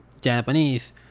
Japanese